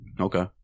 Okay